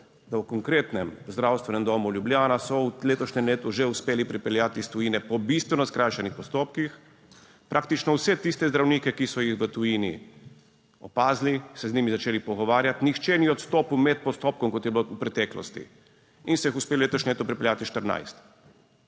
da v konkretnem Zdravstvenem domu Ljubljana so v letošnjem letu že uspeli pripeljati iz tujine po bistveno skrajšanih postopkih praktično vse tiste zdravnike, ki so jih v tujini opazili, se z njimi začeli pogovarjati. Nihče ni odstopil med postopkom, kot je bilo v preteklosti in so jih uspeli letošnje leto pripeljati 14.